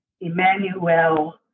Emmanuel